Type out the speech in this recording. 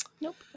Nope